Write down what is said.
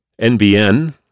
NBN